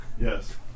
Yes